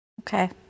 Okay